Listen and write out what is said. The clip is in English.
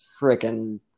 freaking